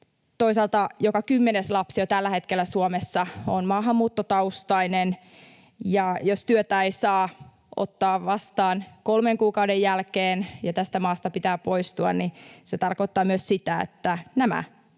Toisaalta joka kymmenes lapsi Suomessa on jo tällä hetkellä maahanmuuttotaustainen. Jos työtä ei saa ottaa vastaan kolmen kuukauden jälkeen ja tästä maasta pitää poistua, niin se tarkoittaa myös sitä, että näiden